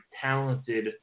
talented